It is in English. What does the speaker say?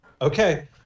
Okay